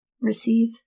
receive